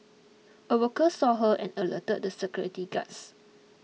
a worker saw her and alerted the security guards